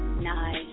nice